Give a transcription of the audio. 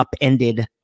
upended